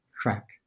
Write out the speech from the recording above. track